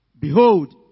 Behold